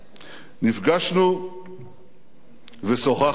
נפגשנו ושוחחנו על כך